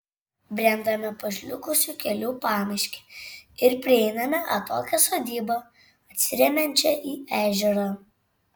brendame pažliugusiu keliu pamiške ir prieiname atokią sodybą atsiremiančią į ežerą